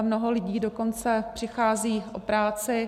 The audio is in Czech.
Mnoho lidí dokonce přichází o práci.